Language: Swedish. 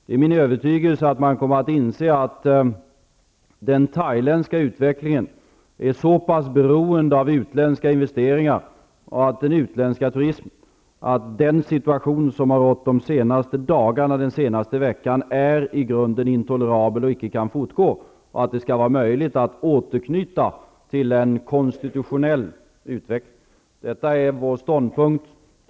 Det är min övertygelse att man kommer att inse att utvecklingen i Thailand är så pass beroende av utländska investeringar och turismen, att den situation som har rått den senaste veckan är i grunden intolerabel och icke kan fortgå och att det måste bli möjligt att återknyta till en konstitutionell utveckling. Detta är regeringens ståndpunkt.